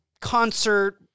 concert